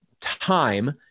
time